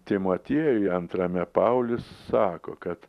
timotiejui antrame paulius sako kad